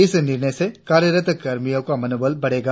इस निर्णय से कार्यरत कर्मियों का मनोबल बढ़ेगा